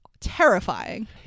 terrifying